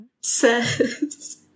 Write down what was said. says